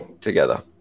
together